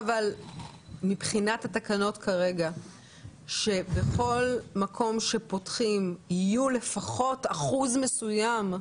מבחינת התקנות יש חובה שבכל מקום שפותחים יהיה לפחות אחוז מסוים,